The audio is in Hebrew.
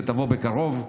שתבוא בקרוב,